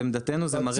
לעמדתנו זה מרע.